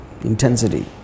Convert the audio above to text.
intensity